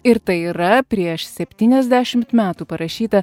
ir tai yra prieš septyniasdešimt metų parašyta